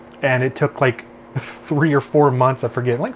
and it took like three or four months. i forget. like